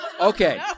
Okay